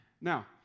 Now